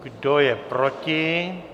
Kdo je proti?